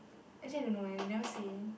actually I don't know they never say